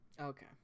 Okay